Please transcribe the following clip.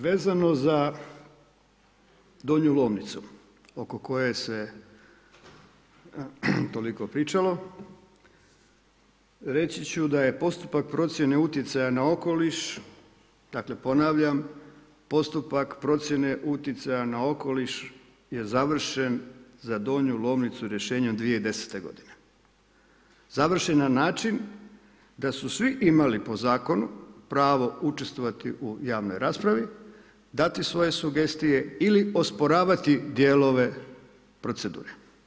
Vezano za Donju Lomnicu oko koje se toliko pričalo, reći ću da je postupak procjene utjecaja na okoliš, dakle ponavljam postupak procjene utjecaja na okoliš je završen za Donju Lomnicu rješenjem 2010. godine, završen na način da su svi imali po zakonu pravo sudjelovati u javnoj raspravi, dati svoje sugestije ili osporavati dijelove procedure.